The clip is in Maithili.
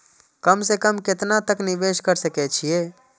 कम से कम केतना तक निवेश कर सके छी ए?